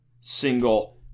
single